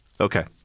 Okay